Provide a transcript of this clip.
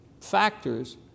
factors